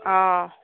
ఆ